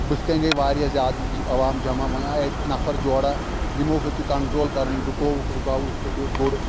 بٕتھ کَنۍ گَیے واریاہ زیادٕ عوام جمع وَنہِ آیہِ اَتہِ نَفر جورہ یِمو ہیوٚت یہِ کنٹرول کَرُن رُکووُکھ رُکاوُن ہیوٚکُکھ یہِ گُر